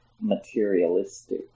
materialistic